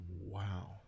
wow